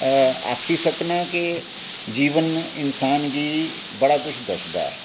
आक्खी सकना कि जीवन इन्सान गी बड़ा कुछ दसदा ऐ